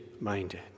minded